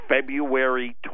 February